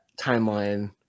timeline